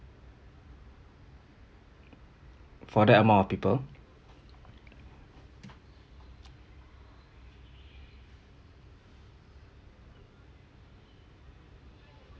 for that amount of people